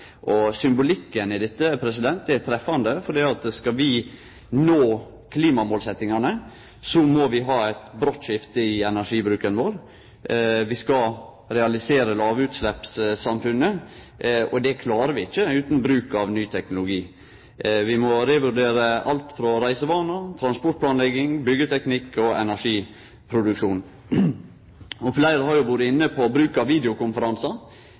Symbolikken er treffande, for skal vi nå klimamålsetjingane, må vi ha eit brått skifte i energibruken vår. Vi skal realisere lågutsleppsamfunnet, og det klarer vi ikkje utan bruk av ny teknologi. Vi må revurdere alt frå reisevanar, transportplanlegging, byggjeteknikk og energiproduksjon. Fleire har vore inne på bruk av videokonferansar,